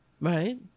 right